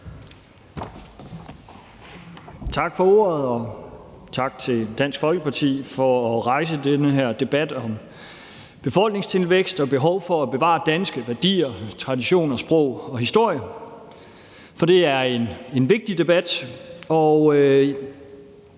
Tak for ordet, og tak til Dansk Folkeparti for at rejse den her debat om befolkningstilvækst og behov for at bevare danske værdier, traditioner, sprog og historie, for det er en vigtig debat,